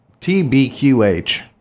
TBQH